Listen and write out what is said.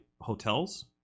hotels